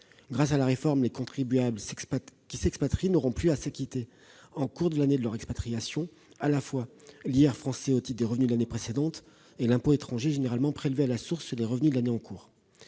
Grâce à la réforme, les contribuables qui s'expatrient n'auront plus à s'acquitter, dans le cours de l'année de leur expatriation, à la fois de l'impôt sur le revenu français au titre de l'année précédente et de l'impôt étranger, généralement prélevé à la source des revenus de l'année en cours.